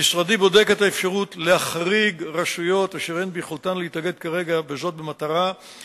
1. הבעיה מוכרת ומשרדי אכן פועל למציאת הדרך שתביא לפתרון הבעיה באופן